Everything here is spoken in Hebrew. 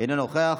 אינו נוכח.